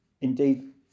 Indeed